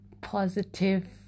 positive